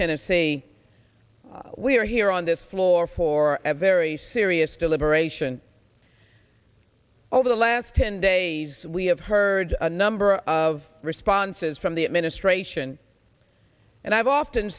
tennessee we're here on this floor for a very serious deliberation over the last ten days we have heard a number of responses from the administration and i've often